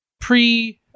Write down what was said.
pre-